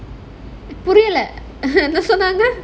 புரியல என்ன சொன்னாங்க:puriyala enna sonnaanga